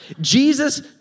Jesus